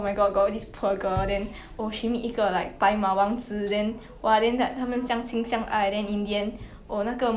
mm mm